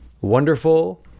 wonderful